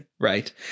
Right